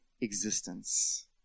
existence